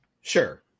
Sure